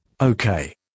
Okay